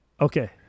okay